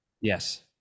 Yes